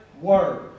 word